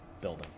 building